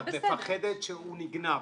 ואת מפחדת שהוא נגנב,